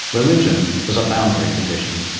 religion is a boundary condition.